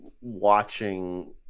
watching